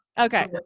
okay